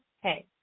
Hey